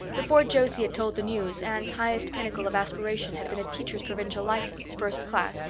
before josie had told the news anne's highest pinnacle of aspiration had been a teacher's provincial license, first class,